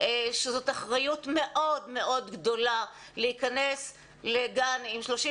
שזאת אחריות מאוד גדולה להיכנס לגן עם 35